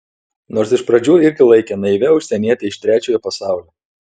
nors iš pradžių irgi laikė naivia užsieniete iš trečiojo pasaulio